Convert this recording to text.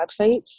websites